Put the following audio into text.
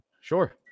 Sure